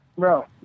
Bro